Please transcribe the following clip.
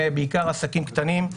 בעיקר עסקים קטנים.